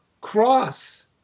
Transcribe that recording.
cross